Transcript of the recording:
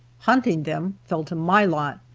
hunting them fell to my lot.